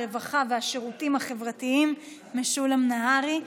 הרווחה והשירותים החברתיים משולם נהרי.